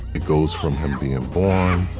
it goes from him being ah born